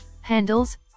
Handles